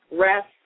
rest